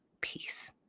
peace